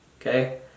okay